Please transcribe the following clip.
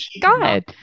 God